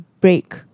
break